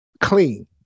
clean